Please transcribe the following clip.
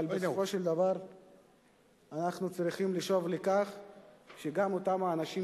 אבל בסופו של דבר אנחנו צריכים לשאוף לכך שגם אותם האנשים